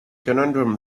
conundrum